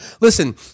Listen